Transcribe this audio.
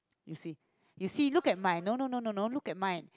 you see you see look at mine no no no no no look at mine